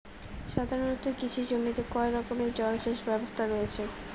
সাধারণত কৃষি জমিতে কয় রকমের জল সেচ ব্যবস্থা রয়েছে?